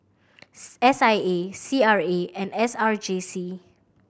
S I A C R A and S R J C